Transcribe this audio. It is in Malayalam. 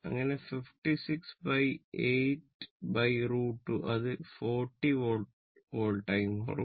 അങ്ങനെ 568√ 2 അത് 40 വോൾട്ടായി മാറും